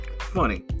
Funny